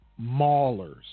maulers